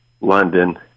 London